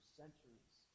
centuries